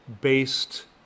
based